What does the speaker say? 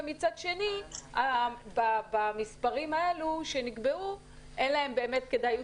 ומצד שני במספרים שנקבעו אין להם כדאיות